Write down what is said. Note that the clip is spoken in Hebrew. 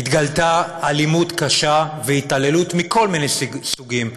התגלו אלימות קשה והתעללות מכל מיני סוגים,